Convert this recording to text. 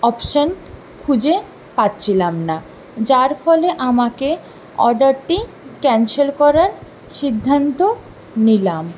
option খুঁজে পাচ্ছিলাম না যার ফলে আমাকে অর্ডারটি ক্যান্সেল করার সিদ্ধান্ত নিলাম